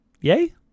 yay